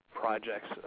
projects